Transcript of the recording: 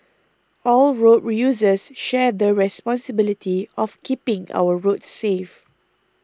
all road users share the responsibility of keeping our roads safe